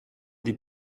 die